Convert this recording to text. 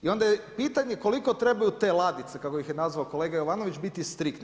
I onda je pitanje, koliko trebaju te ladice, kako ih je nazvao kolega Jovanović, biti striktni.